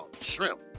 shrimp